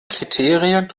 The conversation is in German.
kriterien